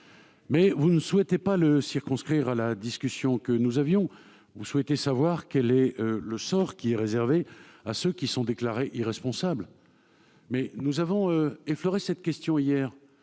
Mais vous ne souhaitez pas le circonscrire à la discussion que nous avions : vous voulez savoir quel est le sort qui est réservé à ceux qui sont déclarés irresponsables. Nous avons effleuré cette question hier